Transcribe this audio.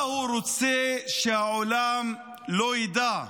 מה הוא רוצה שהעולם לא ידע?